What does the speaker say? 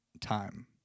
time